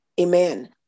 Amen